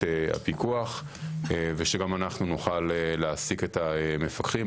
פיקוח ושגם אנחנו נוכל להעסיק את המפקחים.